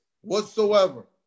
whatsoever